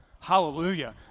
hallelujah